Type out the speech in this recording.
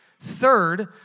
Third